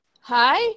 hi